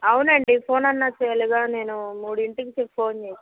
అవునండి ఫోన్ అన్నా చేయలిగా నేను మూడింటికిి ఫోన్ చేసాను